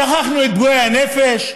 שכחנו את פגועי הנפש,